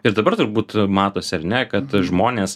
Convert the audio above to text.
ir dabar turbūt matosi ar ne kad žmonės